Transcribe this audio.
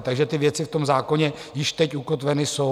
Takže ty věci v zákoně již teď ukotveny jsou.